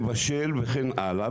מבשל וכן הלאה,